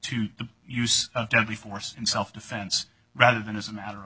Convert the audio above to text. to the use of deadly force in self defense rather than as a matter of